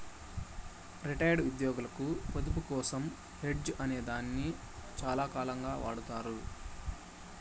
retired ఉద్యోగులకు పొదుపు కోసం హెడ్జ్ అనే దాన్ని చాలాకాలం వాడతారు